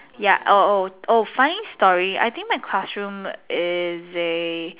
ya oh oh oh funny story I think my classroom is it